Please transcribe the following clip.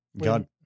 God